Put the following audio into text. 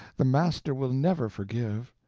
the master will never forgive.